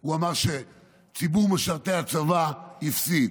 הוא אמר שציבור משרתי הצבא הפסיד.